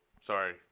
sorry